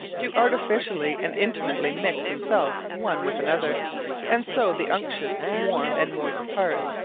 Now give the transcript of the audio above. doe artificially, and intimately mixe themselves one with another and so the unctuous, warme, and moist parts,